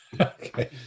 Okay